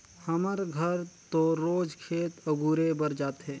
हमर घर तो रोज खेत अगुरे बर जाथे